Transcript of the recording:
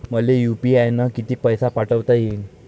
मले यू.पी.आय न किती पैसा पाठवता येईन?